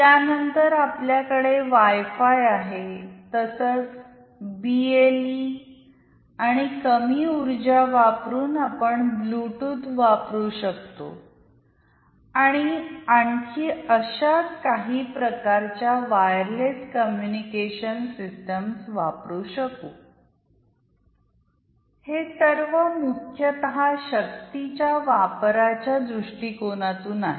त्यानंतर आपल्याकडे वायफाय आहे तसेच बी एल इ आणि कमी ऊर्जा वापरून आपण ब्लूटूथ वापरु शकतो आणि आणखी अशाच काही प्रकारच्या वायरलेस कम्युनिकेशन सिस्टमस वापरु शकू हे सर्व मुख्यतः शक्तीच्या वापराच्या दृष्टीकोनातून आहेत